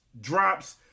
drops